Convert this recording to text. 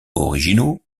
originaux